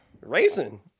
Racing